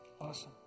Awesome